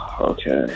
Okay